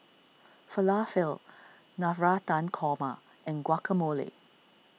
Falafel Navratan Toma and Guacamole